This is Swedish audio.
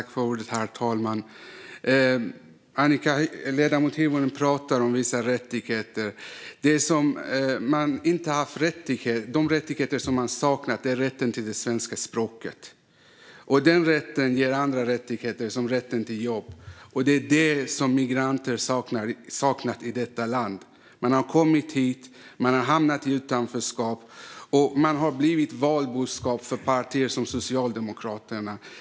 Herr talman! Ledamoten Hirvonen pratar om vissa rättigheter. Den rättighet man saknat är rätten till det svenska språket. Den rätten ger andra rättigheter, som rätten till jobb. Det är det migranter saknat i detta land. Man har kommit hit, hamnat i utanförskap och blivit valboskap för partier som Socialdemokraterna.